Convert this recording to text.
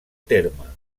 terme